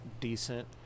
decent